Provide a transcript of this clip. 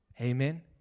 Amen